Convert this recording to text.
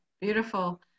Beautiful